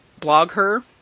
BlogHer